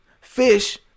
fish